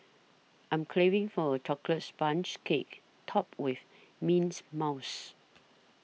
I am craving for a Chocolate Sponge Cake Topped with Mint Mousse